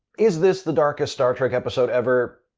is this the darkest star trek episode ever?